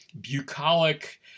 bucolic